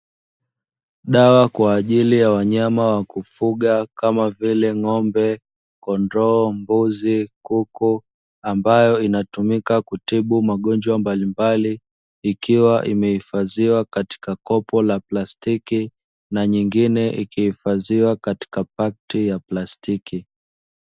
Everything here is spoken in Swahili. Dawa kwa ajili ya wanyama wa kufuga kama vile ng'ombe, kondoo, mbuzi, kuku, ambayo inatumika kutibu magonjwa mbalimbali ikiwa imehifadhiwa katika kopo la plastiki na nyingine ikihifadhiwa katika pakiti ya plastiki.